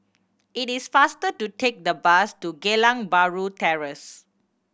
it is faster to take the bus to Geylang Bahru Terrace